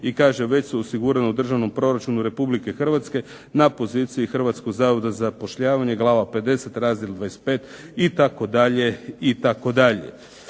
i kaže već su osigurana u državnom proračunu Republike Hrvatske na poziciji Hrvatskog zavoda za zapošljavanje, glava 50, razdjel 25 itd., itd.